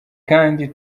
kandi